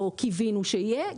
או קיווינו שיהיה,